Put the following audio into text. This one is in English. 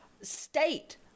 state